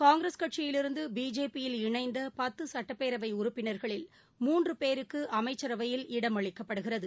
காங்கிரஸ் கட்சியிலிருந்தபிஜேபி யில் இணைந்தபத்துசட்டப்பேரவைஉறுப்பினா்களில் மூன்றுபேருக்குஅமைச்சரவையில் இடம் அளிக்கப்படுகிறது